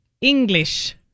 English